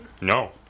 No